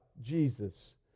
Jesus